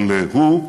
אבל הוא,